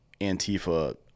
Antifa